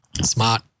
smart